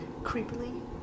Creepily